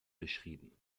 beschrieben